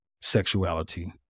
sexuality